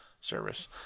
service